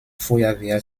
feuerwehr